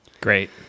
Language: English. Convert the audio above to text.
great